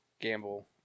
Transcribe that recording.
gamble